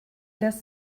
das